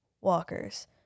Walker's